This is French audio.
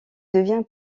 devient